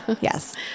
yes